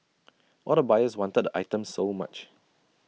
all the buyers wanted the items so much